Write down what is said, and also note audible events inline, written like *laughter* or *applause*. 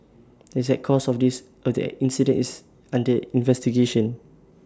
the exact cause of this *unintelligible* incidence under investigation